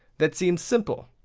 that seems simple?